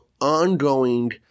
ongoing